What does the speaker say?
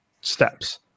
Steps